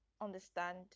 understand